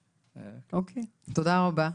אוקיי, תודה רבה.